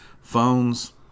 phones